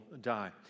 die